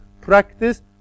practice